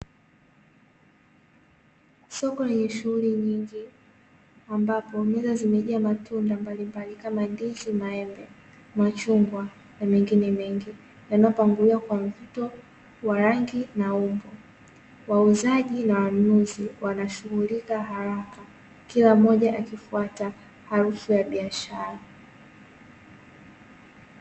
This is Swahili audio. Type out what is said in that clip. Soko lenye shughuli nyingi ambapo meza zimejaa matunda mbalimbali kama ndizi, maembe, machungwa na mengine mengi yaliyopangiliwa kwa mvuto wa rangi na umbo. Wauzaji na wanunuzi wanashughulika haraka kila mmoja akifuata harufu ya biashara.